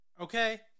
okay